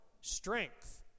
strength